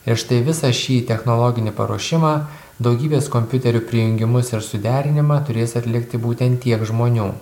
ir štai visą šį technologinį paruošimą daugybės kompiuterių prijungimus ir suderinimą turės atlikti būtent tiek žmonių